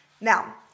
Now